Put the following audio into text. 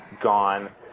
gone